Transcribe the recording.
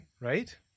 right